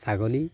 ছাগলী